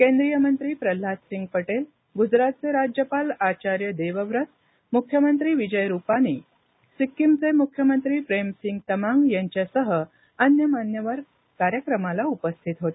केंद्रिय मंत्री प्रल्हादसिंग पटेल गुजरातचे राज्यपाल आचार्य देवव्रत मुख्यमंत्री विजय रुपानी सिक्कीमचे मुख्यमंत्री प्रेमसिंग तमांग यांच्यासह अन्य मान्यवर कार्यक्रमाला उपस्थित होते